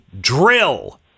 Drill